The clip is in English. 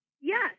Yes